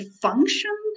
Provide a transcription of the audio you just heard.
function